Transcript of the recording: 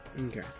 Okay